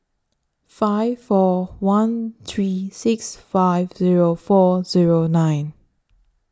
five four one three six five Zero four Zero nine